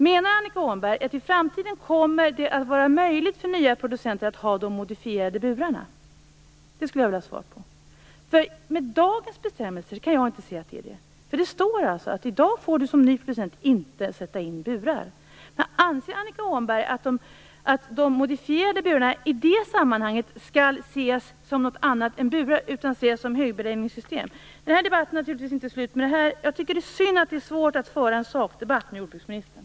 Menar Annika Åhnberg att det i framtiden kommer att vara möjligt för nya producenter att ha de modifierade burarna? Jag skulle vilja ha svar på den frågan. Jag kan inte se att det är möjligt med dagens bestämmelser. Det står alltså att en ny producent i dag inte får sätta in burar. Anser Annika Åhnberg att de modifierade burarna i det sammanhanget skall ses som något annat än burar, utan som högbeläggningssystem? Den här debatten är naturligtvis inte slut med det här. Jag tycker att det är synd att det är svårt att föra en sakdebatt med jordbruksministern.